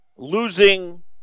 Losing